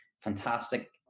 fantastic